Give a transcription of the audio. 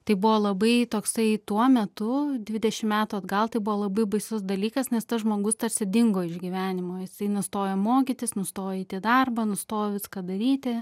tai buvo labai toksai tuo metu dvidešim metų atgal tai buvo labai baisus dalykas nes tas žmogus tarsi dingo iš gyvenimo jisai nustojo mokytis nustojo eit į darbą nustojo viską daryti